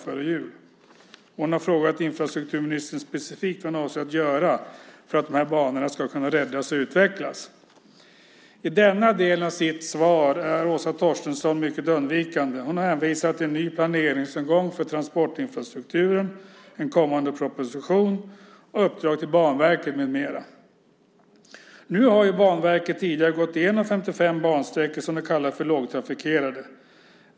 Wiwi-Anne Johansson har frågat infrastrukturministern specifikt vad hon avser att göra för att de här banorna ska kunna räddas och utvecklas. I denna del av sitt svar är Åsa Torstensson mycket undvikande. Hon hänvisar till en ny planeringsomgång för transportinfrastrukturen, en kommande proposition, uppdrag till Banverket med mera. Banverket har ju tidigare gått igenom 55 bansträckor som kallas för lågtrafikerade.